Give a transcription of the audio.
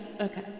Okay